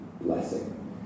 blessing